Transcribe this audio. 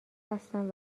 هستم